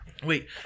Wait